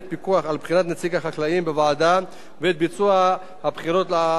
החקלאים בוועדה ואת ביצוע הבחירות לאחריות העיריות,